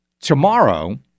tomorrow